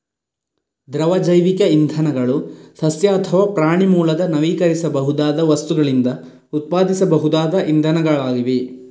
ದ್ರವ ಜೈವಿಕ ಇಂಧನಗಳು ಸಸ್ಯ ಅಥವಾ ಪ್ರಾಣಿ ಮೂಲದ ನವೀಕರಿಸಬಹುದಾದ ವಸ್ತುಗಳಿಂದ ಉತ್ಪಾದಿಸಬಹುದಾದ ಇಂಧನಗಳಾಗಿವೆ